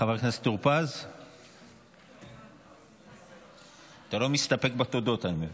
חבר הכנסת טור פז, אתה לא מסתפק בתודות, אני מבין.